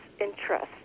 interest